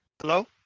Hello